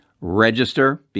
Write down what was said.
register